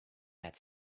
that